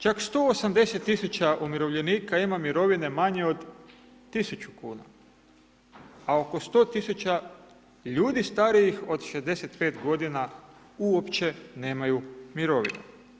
Čak 180 000 umirovljenika ima mirovine manje od 1000 kuna, a oko 100 000 ljudi starijih od 65 godina uopće nemaju mirovine.